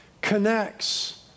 connects